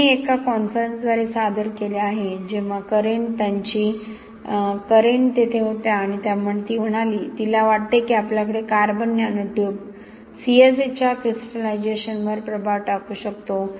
मी हे एका कॉन्फरन्समध्ये सादर केले आहे जेव्हा करेन त्यांची होती आणि ती म्हणाली तिला वाटते की आपल्यासाठी कार्बन नॅनोट्यूब CSH च्या क्रिस्टलायझेशनवर प्रभाव टाकू शकतो